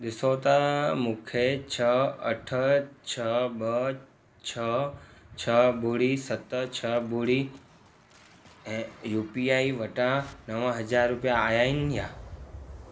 ॾिसो त मूंखे छह अठ छह ॿ छह छह ॿुड़ी सत छह ॿुड़ी ऐं यू पी आई वटां नव हज़ार रुपया आया आहिनि या